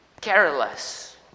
careless